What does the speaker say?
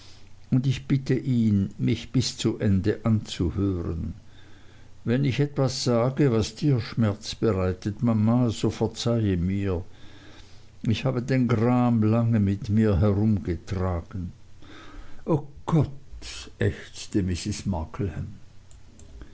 und ich bitte ihn mich bis zu ende anzuhören wenn ich etwas sage was dir schmerz bereitet mama so verzeihe mir ich habe den gram lange mit mir herumgetragen o gott ächzte mrs